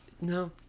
No